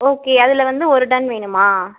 okay அதில் வந்து ஒரு டன் வேணுமா